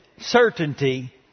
certainty